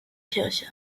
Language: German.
kirche